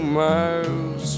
miles